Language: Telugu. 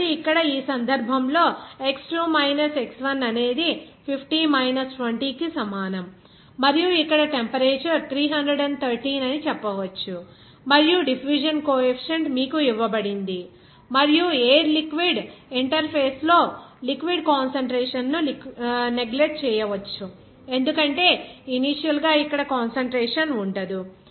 కాబట్టి ఇక్కడ ఈ సందర్భంలో x2 మైనస్ x1 అనేది 50 మైనస్ 20 కి సమానం మరియు మీరు ఇక్కడ టెంపరేచర్ 313 అని చెప్పవచ్చు మరియు డిఫ్యూషన్ కోఎఫీసియంట్ మీకు ఇవ్వబడింది మరియు ఎయిర్ లిక్విడ్ ఇంటర్ఫేస్ లో లిక్విడ్ కాన్సంట్రేషన్ ను నెగ్లెక్ట్ చేయవచ్చు ఎందుకంటే ఇనీషియల్ గా ఇక్కడ కాన్సంట్రేషన్ ఉండదు